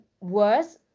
worse